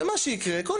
תהיה איזושהי תקופת מעבר,